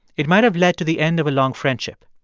it might have led to the end of a long friendship.